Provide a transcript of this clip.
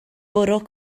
bwrw